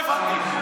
לא הבנתי,